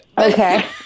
Okay